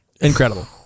Incredible